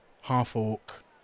half-orc